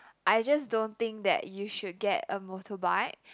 I just don't think that you should get a motorbike